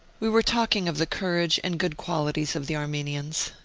we were talking of the courage and good qualities of the armenians,